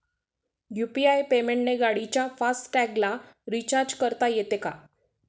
UPI पेमेंटने गाडीच्या fast टॅगला रिर्चाज करता येते का?